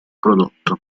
prodotto